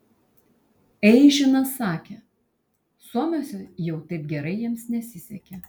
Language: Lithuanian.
eižinas sakė suomiuose jau taip gerai jiems nesisekė